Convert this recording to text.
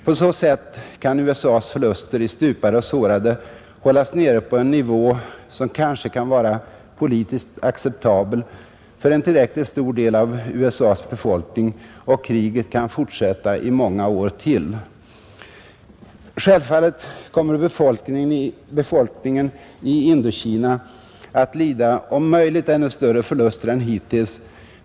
På så sätt kan USA:s förluster i stupade och sårade bringas ner till en nivå som kanske kan vara politiskt acceptabel för en tillräckligt stor del av USA:s befolkning och kriget kan fortsätta i många år till. Självfallet kommer befolkningen i Indokina att lida om möjligt ännu större förluster än hittills.